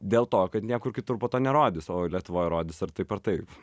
dėl to kad niekur kitur po to nerodys o lietuvoj rodys ar taip ar taip